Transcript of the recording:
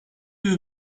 yüz